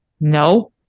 no